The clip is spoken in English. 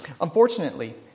Unfortunately